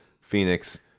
Phoenix